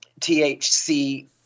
THC